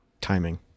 Timing